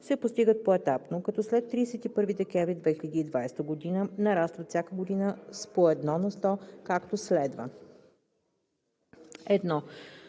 се постигат поетапно, като след 31 декември 2020 г. нарастват всяка година с по 1 на сто, както следва: